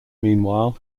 meanwhile